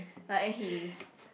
but and he's